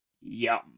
Yum